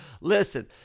listen